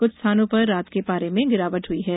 कुछ स्थानों पर रात के पारे में गिरावट हुई है